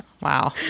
wow